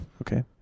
Okay